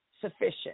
sufficient